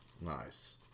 nice